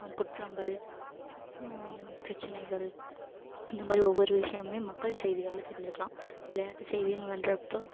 குற்றங்கள் பிரச்சனைகள் இந்த மாதிரி ஒவ்வொரு விஷயமுமே மக்கள் செய்திகளில் தெரிஞ்சிக்கலாம் விளையாட்டு செய்தின்னு வரப்போ